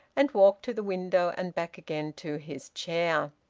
and walked to the window and back again to his chair.